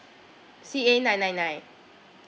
C A nine nine nine